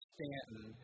Stanton